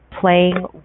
playing